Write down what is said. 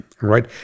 right